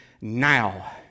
now